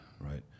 Right